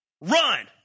run